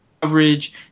coverage